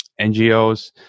NGOs